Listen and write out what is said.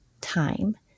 time